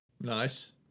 Nice